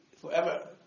forever